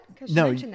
No